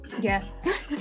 Yes